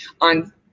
on